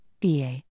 BA